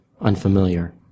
unfamiliar